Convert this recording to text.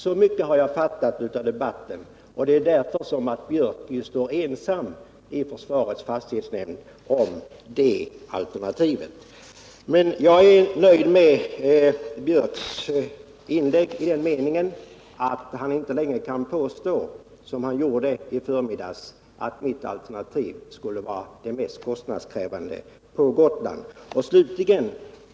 Så mycket har framgått av debatten, och det är därför Gunnar Björk står ensam när han i försvarets fastighetsnämnd förordar sitt alternativ. Jag är emellertid nöjd med Gunnar Björks inlägg så till vida att han inte 143 Nr 48 längre kan påstå — vilket han gjorde i förmiddags — att mitt alternativ skulle vara det mest kostnadskrävande av Gotlandsalternativen.